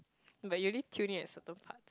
but you only tune in at certain parts